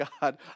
God